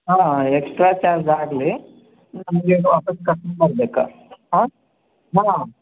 ಹಾಂ extra charge ಆಗಲಿ ನಮಗೆ ವಾಪಸ್ಸು ಕರ್ಕೊಂಡ್ಬರ್ಬೇಕು ಆಂ ಹಾಂ